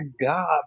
God